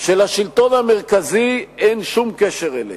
שלשלטון המרכזי אין שום קשר אליהן.